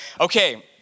Okay